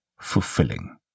fulfilling